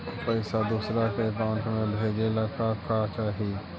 पैसा दूसरा के अकाउंट में भेजे ला का का चाही?